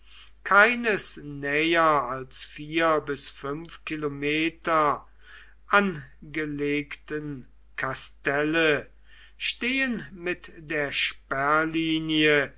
keines näher als vier bis fünf kilometer angelegten kastelle stehen mit der